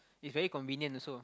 it's very convenient also